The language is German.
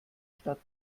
stadt